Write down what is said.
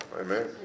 Amen